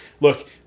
look